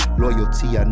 loyalty